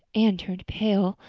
anne turned pale,